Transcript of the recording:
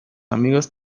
amigos